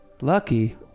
Lucky